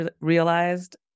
realized